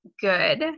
good